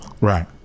right